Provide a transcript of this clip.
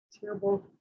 Terrible